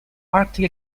arctic